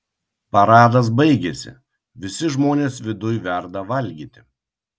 paradas baigėsi visi žmonės viduj verda valgyti